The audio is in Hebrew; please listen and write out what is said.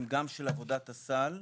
ממעגל שהם אומרים: